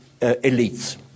elites